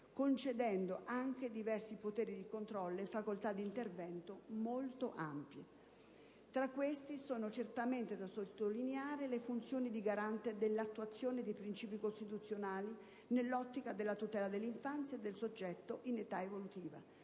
concedendo anche diversi poteri di controllo e facoltà di intervento molto ampie. Tra questi sono certamente da sottolineare le funzioni di garante dell'attuazione dei principi costituzionali nell'ottica della tutela dell'infanzia e del soggetto in età evolutiva,